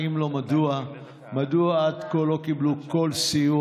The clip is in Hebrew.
3. אם לא, מדוע עד כה לא קיבלו כל סיוע?